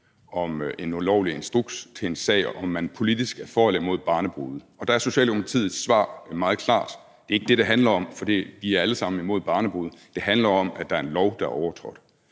om en ulovlig instruks til en sag, om man politisk er for eller imod barnebrude. Der er Socialdemokratiets svar meget klart: Det er ikke det, det handler om, for vi er alle sammen imod barnebrude; det handler om, at der er en lov, der er overtrådt.